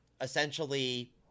essentially